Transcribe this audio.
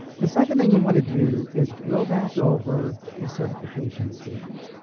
the second thing you want to do is go back over the certification statements.